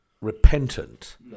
repentant